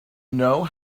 know